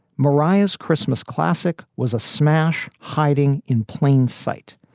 mariah's christmas classic was a smash. hiding in plain sight.